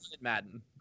Madden